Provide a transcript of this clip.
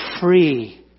free